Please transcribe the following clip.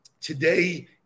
Today